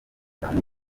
cyane